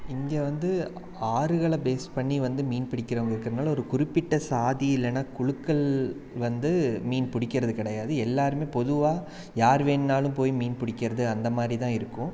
India வந்து ஆறுகளை base வந்து மீன் பிடிக்கிறவங்களுக்கு ஒரு குறிப்பிட்ட சாதி இல்லைனா குழுக்கள் வந்து மீன் பிடிக்கிறது கிடையாது எல்லாருமே பொதுவாக யார் வேணுனாலும் போய் மீன் பிடிக்கிறது அந்தமாதிரிதான் இருக்கும்